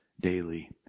daily